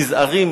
נזהרים